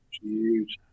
huge